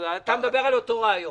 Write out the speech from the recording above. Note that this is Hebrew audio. אתה מדבר על אותו הרעיון.